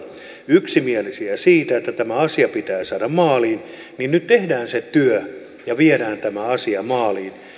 yksimielisiä siitä että tämä asia pitää saada maaliin tehdään se työ ja viedään tämä asia maaliin